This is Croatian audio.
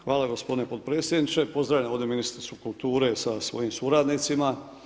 Hvala gospodine potpredsjedniče, pozdravljam ovdje ministricu kulture sa svojim suradnicima.